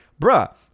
bruh